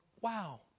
wow